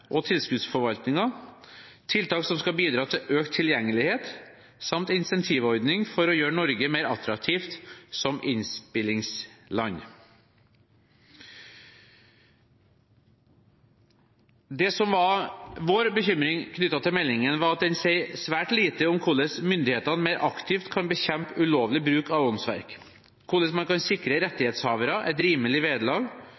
og tilskuddsforvaltningen, tiltak som skal bidra til økt tilgjengelighet, samt en incentivordning for å gjøre Norge mer attraktivt som innspillingsland. Det som var vår bekymring knyttet til meldingen, var at den sa svært lite om hvordan myndighetene mer aktivt kan bekjempe ulovlig bruk av åndsverk, hvordan man kan sikre rettighetshavere et rimelig